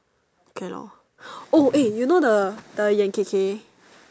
K lor oh eh you know the the Yan Kay Kay